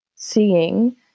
seeing